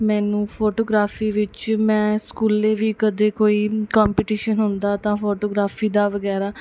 ਮੈਨੂੰ ਫੋਟੋਗ੍ਰਾਫੀ ਵਿੱਚ ਮੈਂ ਸਕੂਲੇ ਵੀ ਕਦੇ ਕੋਈ ਕੰਪੀਟੀਸ਼ਨ ਹੁੰਦਾ ਤਾਂ ਫੋਟੋਗ੍ਰਾਫੀ ਦਾ ਵਗੈਰਾ